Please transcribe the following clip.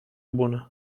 bună